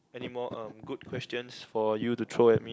anymore uh good questions for you to throw at me